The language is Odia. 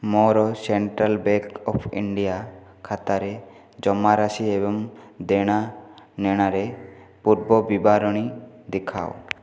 ମୋର ସେଣ୍ଟ୍ରାଲ୍ ବ୍ୟାଙ୍କ୍ ଅଫ୍ ଇଣ୍ଡିଆ ଖାତାରେ ଜମାରାଶି ଏବଂ ଦେଣାନେଣାରେ ପୂର୍ବ ବିବରଣୀ ଦେଖାଅ